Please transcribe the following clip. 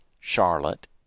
Charlotte